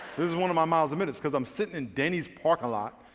this one of my miles a minutes because i'm sitting in dennys parking lot